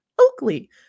Oakley